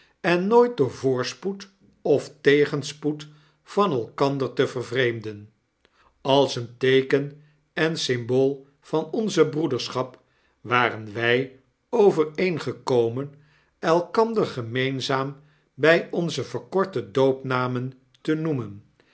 en nooit door voorspoed of tegenspoed van elkander te vervreemden als een teeken en symbool van onze broederschap waren wy overeengekomen elkander gemeenzaam by onze verkorte doopnamen te noemen